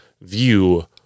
view